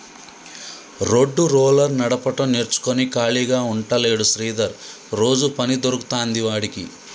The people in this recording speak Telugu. రోడ్డు రోలర్ నడపడం నేర్చుకుని ఖాళీగా ఉంటలేడు శ్రీధర్ రోజు పని దొరుకుతాంది వాడికి